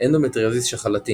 אנדומטריוזיס שחלתי